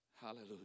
Hallelujah